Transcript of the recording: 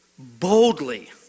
Boldly